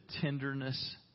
tenderness